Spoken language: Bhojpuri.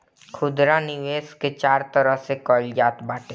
खुदरा निवेश के चार तरह से कईल जात बाटे